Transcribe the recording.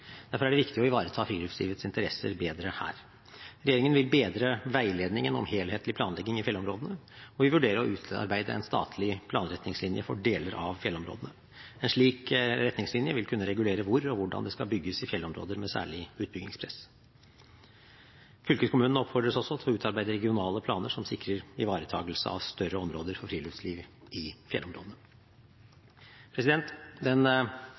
Derfor er det viktig å ivareta friluftslivets interesser bedre her. Regjeringen vil bedre veiledningen om helhetlig planlegging i fjellområdene, og vi vurderer å utarbeide en statlig planretningslinje for deler av fjellområdene. En slik retningslinje vil kunne regulere hvor og hvordan det skal bygges i fjellområder med særlig utbyggingspress. Fylkeskommunene oppfordres også til å utarbeide regionale planer som sikrer ivaretakelse av større områder for friluftsliv i fjellområdene. Den